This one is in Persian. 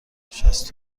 شصت